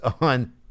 on